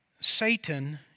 Satan